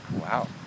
Wow